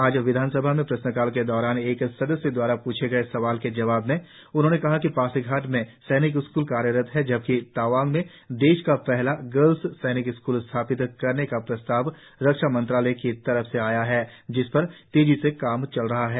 आज विधानसभा में प्रश्नकाल के दौरान एक सदस्य दवारा प्रछे गए सवाल के जवाब में उन्होंने कहा कि पासीघाट में सैनिक स्कूल कार्तरत है जबकि तवांग में देश का पहला गर्ल्स सैनिक स्कूल स्थापित करने का प्रस्ताव रक्षा मंत्रालय की तरफ से आया है जिसपर तेजी से काम चल रहा है